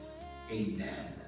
amen